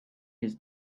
his